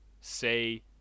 say